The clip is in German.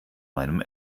meinem